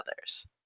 others